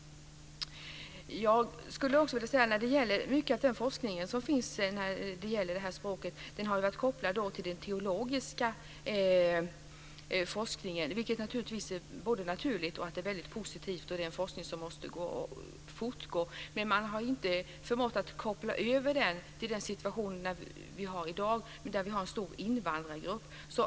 Jag skulle avslutningsvis vilja säga att mycket av den forskning som finns när det gäller det här språket har varit kopplad till den teologiska forskningen, vilket naturligtvis är både naturligt och väldigt positivt. Det är en forskning som måste fortgå. Men man har inte förmått att koppla över den till den situation som vi har i dag, där vi har en stor invandrargrupp.